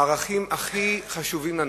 הערכים הכי חשובים לנו,